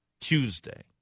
Tuesday